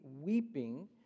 weeping